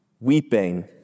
weeping